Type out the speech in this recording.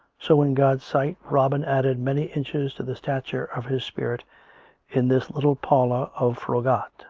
so in god's sight robin added many inches to the stature of his spirit in this little parlour of froggatt